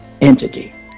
entity